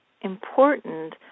important